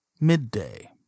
Midday